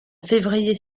février